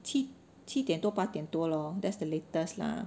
七七点多八点多 lor that's the latest ah